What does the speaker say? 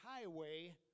highway